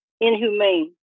inhumane